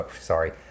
sorry